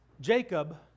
Jacob